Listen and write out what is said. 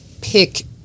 pick